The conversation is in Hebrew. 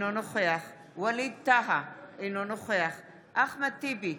אינו נוכח ווליד טאהא, אינו נוכח אחמד טיבי,